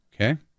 Okay